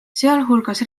sealhulgas